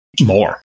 more